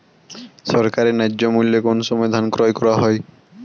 সরকারি ন্যায্য মূল্যে কোন সময় ধান ক্রয় করা হয়?